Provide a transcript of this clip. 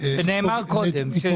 זה נאמר קודם.